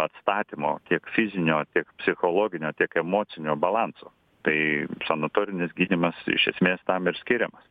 atstatymo tiek fizinio tiek psichologinio tiek emocinio balanso tai sanatorinis gydymas iš esmės tam ir skiriamas